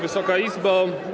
Wysoka Izbo!